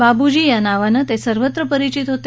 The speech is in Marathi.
बाबूजी या नावानं ते सर्वत्र परिचित होते